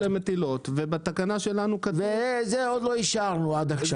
להסב אותו למטילות, ואת זה לא אישרנו עד עכשיו.